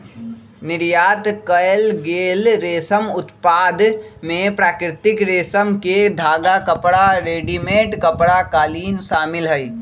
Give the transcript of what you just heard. निर्यात कएल गेल रेशम उत्पाद में प्राकृतिक रेशम के धागा, कपड़ा, रेडीमेड कपड़ा, कालीन शामिल हई